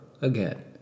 again